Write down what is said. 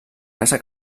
casa